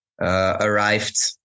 arrived